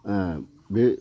बे